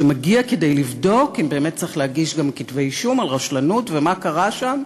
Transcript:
שמגיע כדי לבדוק אם באמת צריך להגיש כתבי אישום על רשלנות ומה קרה שם,